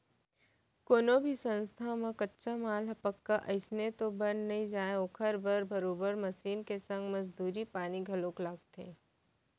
कोनो भी संस्था म कच्चा माल ह पक्का अइसने तो बन नइ जाय ओखर बर बरोबर मसीन के संग मजदूरी पानी घलोक लगथे